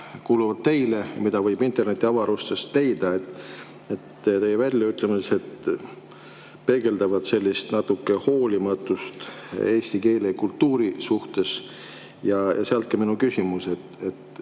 kuuluvad teile ja mida võib internetiavarustest leida. Teie väljaütlemised peegeldavad sellist väikest hoolimatust eesti keele ja kultuuri suhtes. Ja sealt ka minu küsimus.